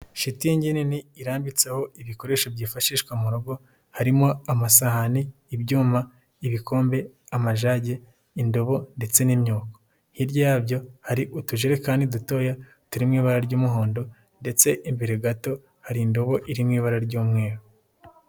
Shitingi nini irambitseho ibikoresho byifashishwa mu rugo harimo: amasahani, ibyuma, ibikombe, amajage, indobo ndetse n'imyuko, hirya yabyo hari utujerekani dutoya turimo ibara ry'umuhondo ndetse imbere gato hari indobo iri mu ibara ry'umweru.